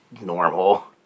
normal